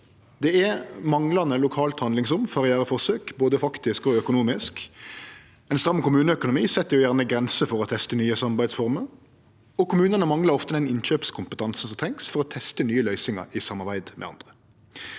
Det er manglande lokalt handlingsrom for å gjere forsøk, både faktisk og økonomisk. Ein stram kommuneøkonomi set jo gjerne grenser for å teste nye samarbeidsformer, og kommunane manglar ofte den innkjøpskompetansen som trengst for å teste nye løysingar i samarbeid med andre.